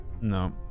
no